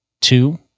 two